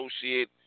associate